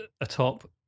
atop